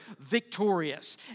victorious